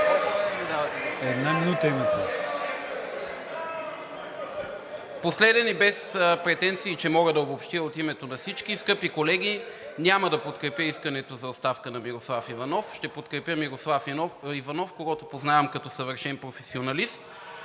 Една минута имате.